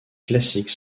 classiques